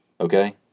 okay